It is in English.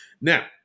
Now